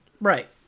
Right